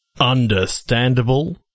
Understandable